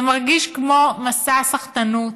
זה מרגיש כמו מסע סחטנות,